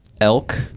elk